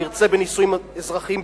ירצה בנישואים אזרחיים,